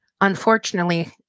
Unfortunately